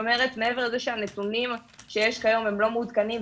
מעבר לזה שהנתונים שיש כיום הם לא מעודכנים,